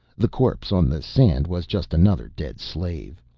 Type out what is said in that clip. the corpse on the sand was just another dead slave.